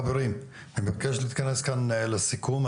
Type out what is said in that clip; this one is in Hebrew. חברים אני מבקש להתכנס כאן לסיכום,